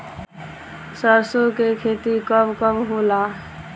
सरसों के खेती कब कब होला?